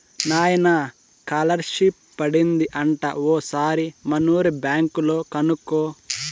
నాయనా కాలర్షిప్ పడింది అంట ఓసారి మనూరి బ్యాంక్ లో కనుకో